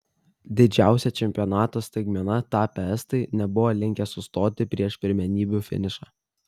didžiausia čempionato staigmena tapę estai nebuvo linkę sustoti prieš pirmenybių finišą